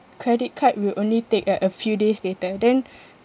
credit card will only take like a few days later then